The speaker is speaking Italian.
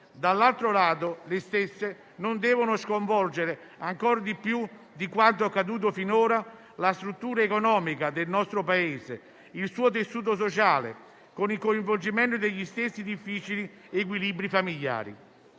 dall'altro - le stesse non devono sconvolgere ancor di più di quanto accaduto finora la struttura economica del nostro Paese, il suo tessuto sociale, con il coinvolgimento degli stessi difficili equilibri familiari.